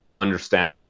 understand